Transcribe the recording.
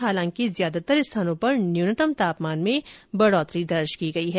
हालांकि ज्यादातर स्थानों पर न्यूनतम तापमान में बढ़ोतरी दर्ज की गई है